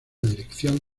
dirección